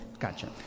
Gotcha